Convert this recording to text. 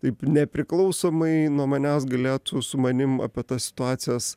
taip nepriklausomai nuo manęs galėtų su manim apie tas situacijas